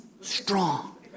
strong